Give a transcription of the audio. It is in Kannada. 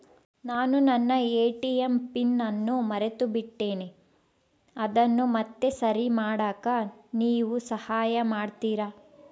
ನಾನು ನನ್ನ ಎ.ಟಿ.ಎಂ ಪಿನ್ ಅನ್ನು ಮರೆತುಬಿಟ್ಟೇನಿ ಅದನ್ನು ಮತ್ತೆ ಸರಿ ಮಾಡಾಕ ನೇವು ಸಹಾಯ ಮಾಡ್ತಿರಾ?